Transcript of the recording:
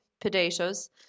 Potatoes